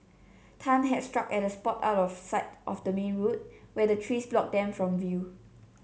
tan had struck at a spot out of sight of the main road where the trees blocked them from view